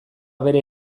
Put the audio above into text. bere